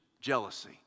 jealousy